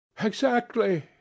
Exactly